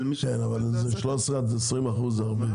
אבל 13% עד 20% זה הרבה.